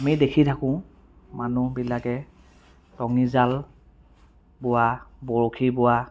আমি দেখি থাকোঁ মানুহবিলাকে টঙী জাল বোৱা বৰশী বোৱা